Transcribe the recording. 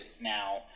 now